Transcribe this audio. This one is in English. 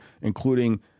including